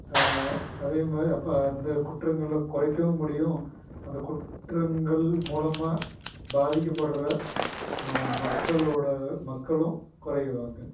அதே மாதிரி அப்போ அந்த குற்றங்களை குறைக்கவும் முடியும் அந்த குற்றங்கள் மூலமாக பாதிக்கப்படுகிற ம மக்களோடய மக்களும் குறைவாங்க